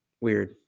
Weird